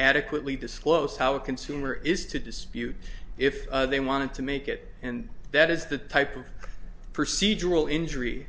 adequately disclose how a consumer is to dispute if they wanted to make it and that is the type of procedure will injury